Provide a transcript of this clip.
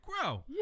grow